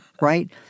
right